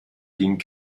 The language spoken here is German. ging